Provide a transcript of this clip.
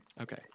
Okay